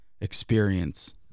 experience